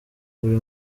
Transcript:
buri